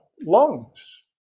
lungs